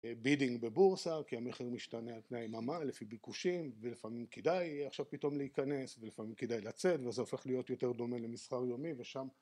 בידינג בבורסה כי המחיר משתנה על תנאי ממה לפי ביקושים ולפעמים כדאי עכשיו פתאום להיכנס ולפעמים כדאי לצאת וזה הופך להיות יותר דומה למסחר יומי ושם